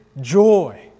joy